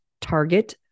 target